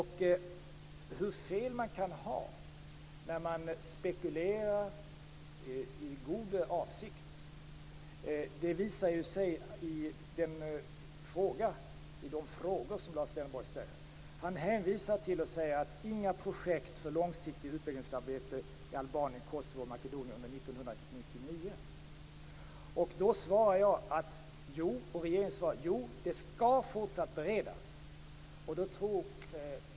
Hur fel man kan ha när man spekulerar med god avsikt visar sig av de frågor som Lars Leijonborg ställer. Han säger att det inte blir några projekt för långsiktigt utvecklingsarbete i Albanien, Kosovo och Makedonien under 1999. Då svarar regeringen att frågan fortsatt skall beredas.